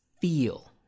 feel